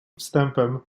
wstępem